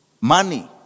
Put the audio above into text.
money